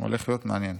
הולך להיות מעניין.